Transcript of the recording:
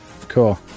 cool